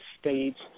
states